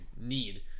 need